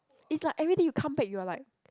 it's like everyday you come back you are like